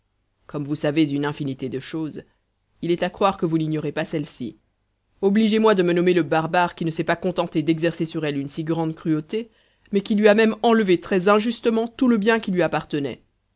comme vous savez une infinité de choses il est à croire que vous n'ignorez pas celle-ci obligez-moi de me nommer le barbare qui ne s'est pas contenté d'exercer sur elle une si grande cruauté mais qui lui a même enlevé très injustement tout le bien qui lui appartenait